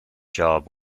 job